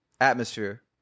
Atmosphere